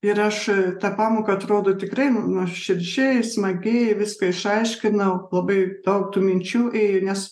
ir aš tą pamoką atrodo tikrai nuoširdžiai smagiai viską išaiškinau labai daug tų minčių ėjo nes